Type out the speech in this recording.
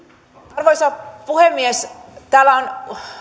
arvoisa puhemies täällä on